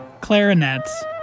clarinets